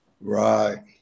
right